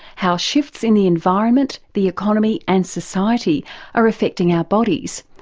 how shifts in the environment, the economy and society are affecting our bodies.